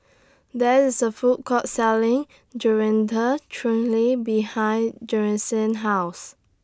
There IS A Food Court Selling Chutney behind House